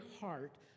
heart